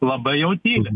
labai jau tyli